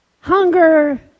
Hunger